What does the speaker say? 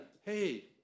hey